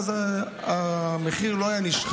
ואז המחיר לא היה נשחק.